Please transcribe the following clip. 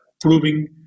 proving